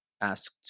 asked